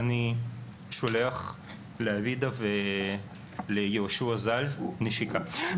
אני שולח לאבידע וליהושע ז"ל נשיקה.